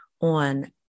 on